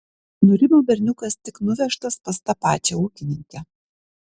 nurimo berniukas tik nuvežtas pas tą pačią ūkininkę